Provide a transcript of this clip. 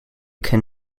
can